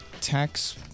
tax